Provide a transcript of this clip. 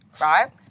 right